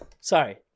Sorry